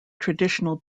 traditional